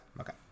Okay